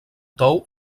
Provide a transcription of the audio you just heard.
tou